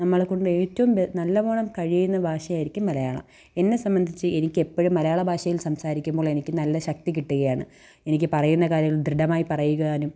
നമ്മളെ കൊണ്ട് ഏറ്റവും കഴിയുന്ന ഭാഷയായിരിക്കും മലയാളം എന്നെ സംബന്ധിച്ച് എനിക്കെപ്പഴും മലയാള ഭാഷയിൽ സംസാരിക്കുമ്പോൾ എനിക്ക് നല്ല ശക്തി കിട്ടുകയാണ് എനിക്ക് പറയുന്ന കാര്യങ്ങൾ ദൃഢമായി പറയുവാനും